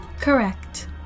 Correct